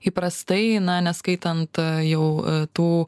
įprastai na neskaitant jau tų